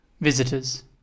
Visitors